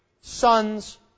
sons